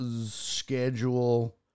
schedule